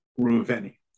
Ruveni